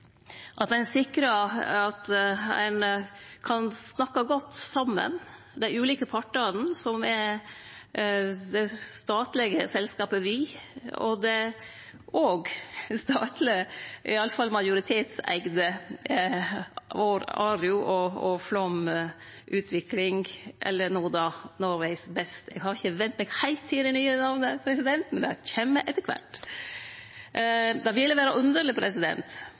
at ein sikrar at dei kan snakke godt saman, dei ulike partane, som er det statlege selskapet Vy og det òg statlege – iallfall med staten som største eigar – ARU og Flåm Utvikling, eller no då Norway’s best. Eg har ikkje vent meg heilt til det nye namnet, men det kjem etter kvart. Det ville ha vore underleg